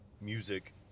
music